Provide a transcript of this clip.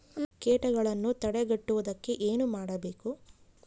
ಕೇಟಗಳನ್ನು ತಡೆಗಟ್ಟುವುದಕ್ಕೆ ಏನು ಮಾಡಬೇಕು?